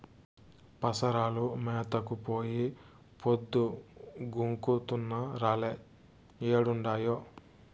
పసరాలు మేతకు పోయి పొద్దు గుంకుతున్నా రాలే ఏడుండాయో